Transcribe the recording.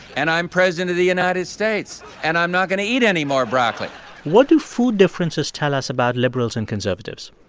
and i'm president of the united states, and i'm not going to eat any more broccoli what do food differences tell us about liberals and conservatives?